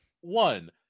one